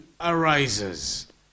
arises